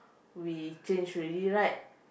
very change already right